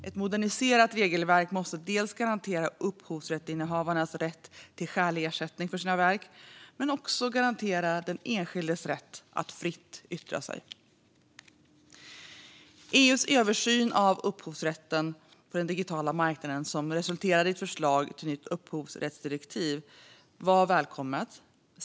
Ett moderniserat regelverk måste dels garantera upphovsrättsinnehavarnas rätt till skälig ersättning för sina verk, dels garantera den enskildes rätt att fritt yttra sig. EU:s översyn av upphovsrätten på den digitala marknaden, som resulterade i ett förslag till nytt upphovsrättsdirektiv, var välkommen.